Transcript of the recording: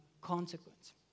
consequence